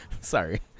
Sorry